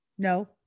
No